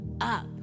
up